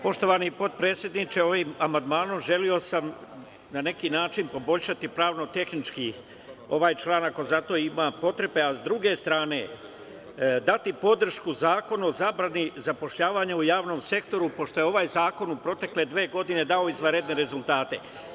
Poštovani potpredsedniče, ovim amandmanom želeo sam na neki način poboljšati pravno-tehnički ovaj član, ako za to ima potrebe, a s druge strane dati podršku Zakonu o zabrani zapošljavanja u javnom sektoru, pošto je ovaj zakon u protekle dve godine dao izvanredne rezultate.